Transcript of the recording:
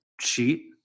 cheat